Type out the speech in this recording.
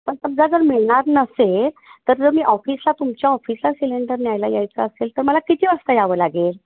पण समजा जर मिळणार नसेल तर जर मी ऑफिसला तुमच्या ऑफिसला सिलेंडर न्यायला यायचं असेल तर मला किती वाजता यावं लागेल